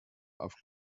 auf